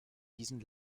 diesen